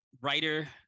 writer